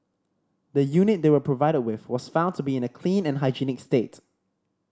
the unit they were provided with was found to be in a clean and hygienic state